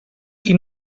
qui